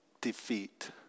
defeat